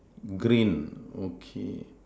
green okay